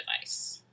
device